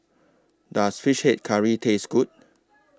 Does Fish Head Curry Taste Good